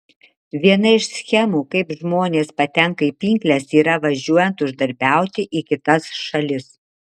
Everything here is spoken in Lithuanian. viena iš schemų kaip žmonės patenka į pinkles yra važiuojant uždarbiauti į kitas šalis